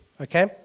Okay